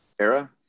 era